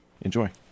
enjoy